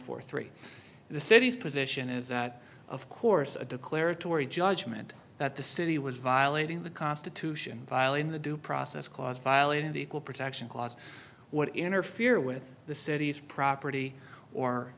four three the city's position is that of course a declaratory judgment that the city was violating the constitution filing the due process clause violated the equal protection clause would interfere with the city's property or